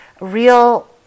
real